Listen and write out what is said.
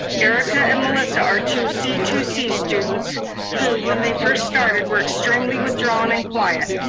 erica and melissa are two c two c students who when they first started were extremely withdrawn and quiet.